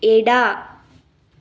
ಎಡ